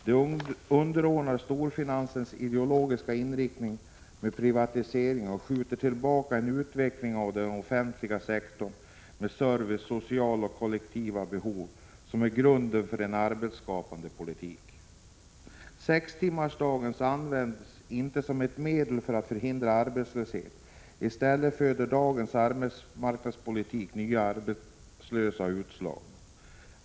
Den underordnas storfinansens ideologiska inriktning mot privatisering och skjuter tillbaka en utveckling av den offentliga sektorn, där servicebehov, sociala och kollektiva behov är grunden för en arbetsskapande politik. Sextimmarsdagen används inte som ett medel att förhindra arbetslöshet. I stället föder dagens arbetstidspolitik nya arbetslösa och utslagna.